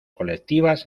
colectivas